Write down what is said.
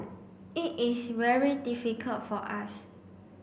it is very difficult for us